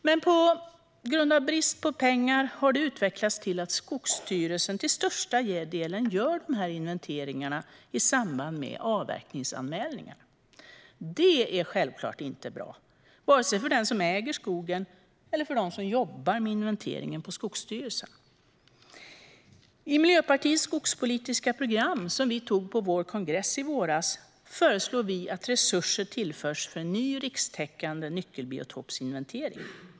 Men på grund av brist på pengar har det utvecklats till att Skogsstyrelsen till största delen gör de här inventeringarna i samband med avverkningsanmälningar. Det är självklart inte bra, vare sig för den som äger skogen eller för dem som jobbar med inventeringen på Skogsstyrelsen. I Miljöpartiets skogspolitiska program, som vi antog på vår kongress i våras, föreslår vi att resurser tillförs för en ny rikstäckande nyckelbiotopsinventering.